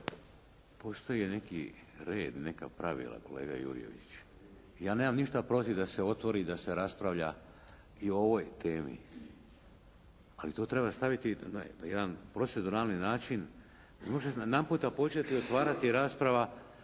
Postoji neki red, neka pravila kolega Jurjević. Ja nemam ništa protiv da se otvori i da se raspravlja i o ovoj temi, ali to treba staviti na jedan proceduralni način, ne možete jedanputa početi otvarati raspravu